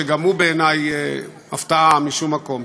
שגם הוא בעיני הפתעה משום מקום.